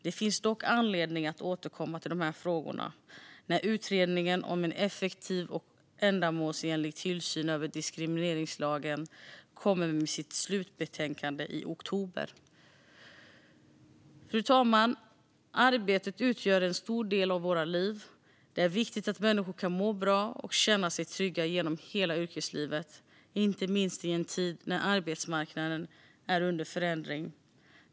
Det finns dock anledning att återkomma till dessa frågor när Utredningen om en effektiv och ändamålsenlig tillsyn över diskrimineringslagen kommer med sitt slutbetänkande i oktober. Fru talman! Arbetet utgör en stor del av våra liv. Det är viktigt att människor kan må bra och känna sig trygga genom hela yrkeslivet, inte minst i en tid när arbetsmarknaden är under förändring.